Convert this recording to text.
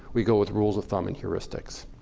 we go with rules of thumb and heuristics.